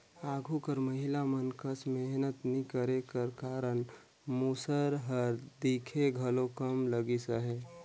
आघु कर महिला मन कस मेहनत नी करे कर कारन मूसर हर दिखे घलो कम लगिस अहे